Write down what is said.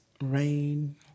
rain